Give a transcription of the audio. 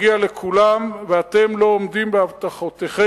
מגיע לכולם, ואתם לא עומדים בהבטחותיכם,